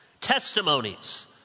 Testimonies